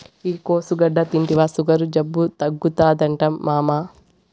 ఈ కోసుగడ్డ తింటివా సుగర్ జబ్బు తగ్గుతాదట మామా